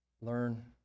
learn